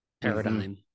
paradigm